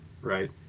right